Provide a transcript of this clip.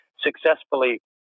successfully